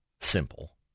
simple